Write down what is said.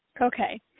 Okay